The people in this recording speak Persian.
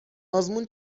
آزمون